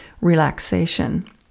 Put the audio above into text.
relaxation